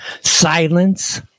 silence